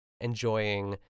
enjoying